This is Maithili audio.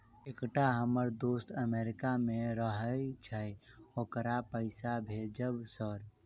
एकटा हम्मर दोस्त अमेरिका मे रहैय छै ओकरा पैसा भेजब सर?